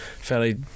fairly